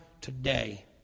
today